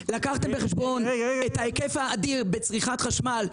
לקחתם בחשבון את ההיקף האדיר בצריכה חשמל,